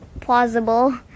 plausible